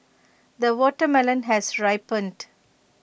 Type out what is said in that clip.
the watermelon has ripened